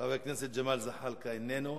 חבר הכנסת ג'מאל חאלקה, איננו.